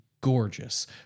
gorgeous